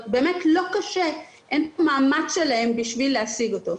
באמת לא קשה, אין פה מאמץ שלהם כדי להשיג אותו.